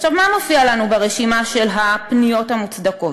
עכשיו, מה מופיע לנו ברשימה של הפניות המוצדקות?